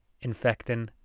infecting